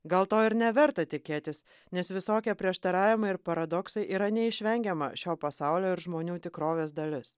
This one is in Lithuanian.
gal to ir neverta tikėtis nes visokie prieštaravimai ir paradoksai yra neišvengiama šio pasaulio ir žmonių tikrovės dalis